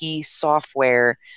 software